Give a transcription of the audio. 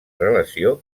relació